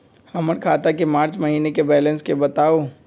हमर खाता के मार्च महीने के बैलेंस के बताऊ?